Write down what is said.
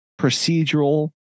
procedural